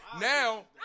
Now